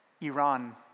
Iran